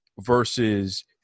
versus